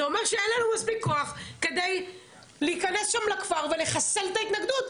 זה אומר שאין לנו מספיק כוח להיכנס שם לכפר ולחסל את ההתנגדות.